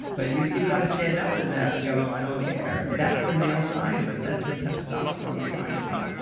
but you you gotta stand up to that and go, i don't care. that's the male side of us that's the testosterone side of us.